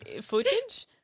footage